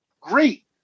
great